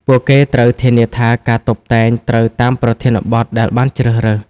ពួកគេត្រូវធានាថាការតុបតែងត្រូវតាមប្រធានបទដែលបានជ្រើសរើស។